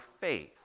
faith